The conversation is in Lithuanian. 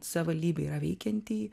savivaldybė yra veikiantį